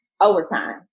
overtime